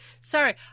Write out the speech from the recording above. sorry